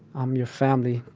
i'm your family.